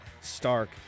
stark